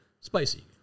spicy